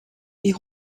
wie